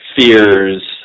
fears